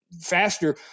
faster